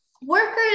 Workers